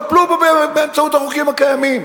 טפלו בו באמצעות החוקים הקיימים.